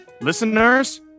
listeners